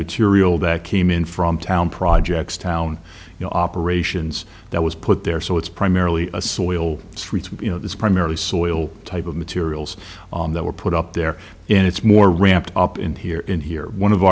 material that came in from town projects town operations that was put there so it's primarily a soil streets you know it's primarily soil type of materials that were put up there and it's more ramped up in here in here one of